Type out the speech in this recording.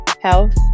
health